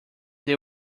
they